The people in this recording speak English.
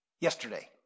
yesterday